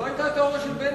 זו היתה התיאוריה של בן-צבי.